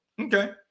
Okay